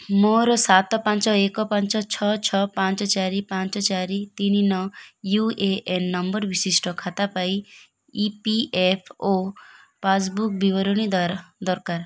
ମୋର ସାତ ପାଞ୍ଚ ଏକ ପାଞ୍ଚ ଛଅ ଛଅ ପାଞ୍ଚ ଚାରି ପାଞ୍ଚ ଚାରି ତିନି ନଅ ୟୁ ଏ ଏନ୍ ନମ୍ବର୍ ବିଶିଷ୍ଟ ଖାତା ପାଇଁ E P F O passbook ବିବରଣୀ ଦର ଦରକାର